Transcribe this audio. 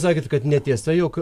sakėt kad netiesa jog